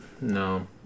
No